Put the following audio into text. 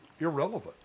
irrelevant